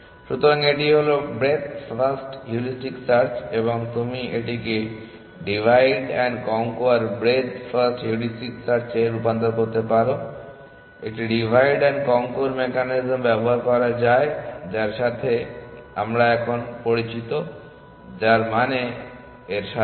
সুতরাং এটি হল ব্রেডথ ফার্স্ট হিউরিস্টিক সার্চ এবং তুমি এটিকে divide and conquer breadth first heuristic search এ রূপান্তর করতে পারো একটি ডিভাইড অ্যান্ড কনক্যুর মেকানিজম ব্যবহার করে যার সাথে আমরা এখন পরিচিত যার মানে এর সাথে